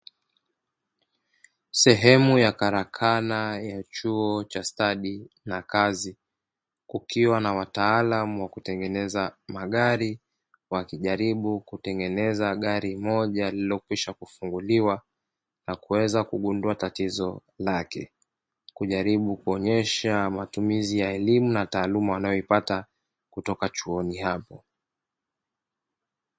Sehemu ya karakana ya chuo cha stadi na kazi, kukiwa na wataalamu wa kutengeneza magari, wakijaribu kutengeneza gari moja lililokwisha kufunguliwa na kuweza kugundua tatizo lake, kujaribu kuonyesha matumizi ya elimu na taaluma wanayoipata kutoka chuoni hapo.